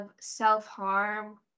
self-harm